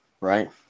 right